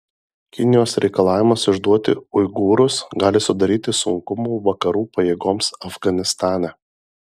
kinijos reikalavimas išduoti uigūrus gali sudaryti sunkumų vakarų pajėgoms afganistane